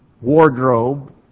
wardrobe